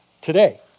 today